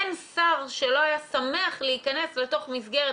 אין שר שלא היה שמח להיכנס לתוך מסגרת